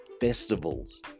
festivals